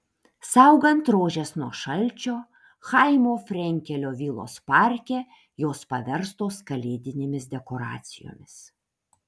saugant rožes nuo šalčio chaimo frenkelio vilos parke jos paverstos kalėdinėmis dekoracijomis